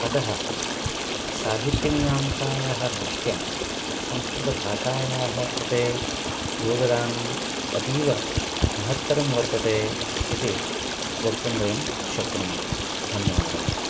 अतः साहित्यमीमांसायाः दृष्ट्या संस्कृतभाषायाः कृते योगदानम् अतीव महत्तरं वर्तते इति वक्तुं वयं शक्नुमः धन्यवादः